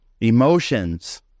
emotions